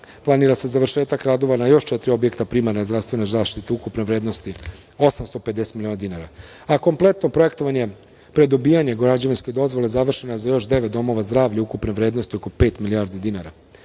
planira se završetak radova na još četiri objekta primarne zdravstvene zaštite ukupne vrednosti 850 miliona dinara, a kompletno projektovanje, pre dobijanja građevinske dozvole završeno je za još devet domova zdravlja ukupne vrednosti od pet milijardi